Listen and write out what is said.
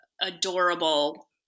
adorable